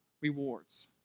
rewards